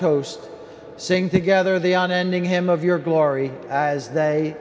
host sing together the on ending hymn of your glory as they